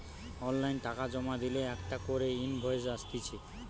online টাকা জমা দিলে একটা করে ইনভয়েস আসতিছে